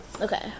Okay